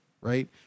right